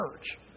church